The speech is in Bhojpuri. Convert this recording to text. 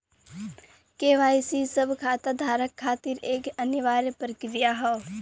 के.वाई.सी सब खाता धारक खातिर एक अनिवार्य प्रक्रिया हौ